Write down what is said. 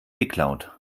geklaut